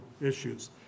issues